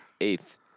Eighth